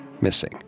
missing